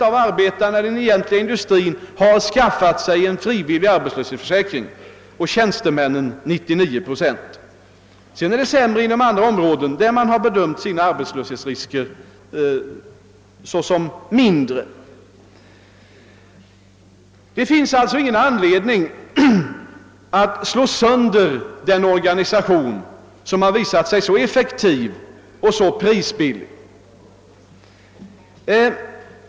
— Av arbetarna i den egentliga industrin har 94 procent skaffat sig en frivillig arbetslöshetsförsäkring och av tjänstemännen har 99 procent gjort det. Det är sämre med anslutningen inom andra områden, där man har bedömt arbetslöshetsrisken vara mindre. Det finns alltså ingen anledning att slå sönder den organisation som har visat sig vara så effektiv och så prisbillig.